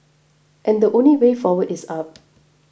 and the only way forward is up